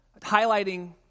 highlighting